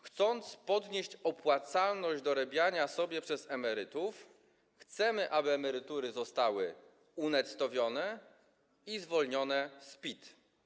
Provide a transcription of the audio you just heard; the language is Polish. Chcemy podnieść opłacalność dorabiania sobie przez emerytów, dlatego chcemy, aby emerytury zostały unettowione i zwolnione z PIT.